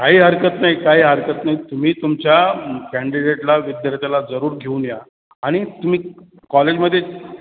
काही हरकत नाही काही हरकत नाही तुम्ही तुमच्या कँडिडेटला विद्यार्थ्याला जरूर घेऊन या आणि तुम्ही कॉलेजमध्ये